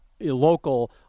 local